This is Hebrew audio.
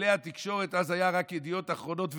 כלי התקשורת, אז היו רק ידיעות אחרונות ומעריב,